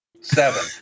Seven